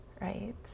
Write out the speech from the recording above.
right